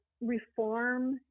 reform